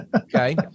okay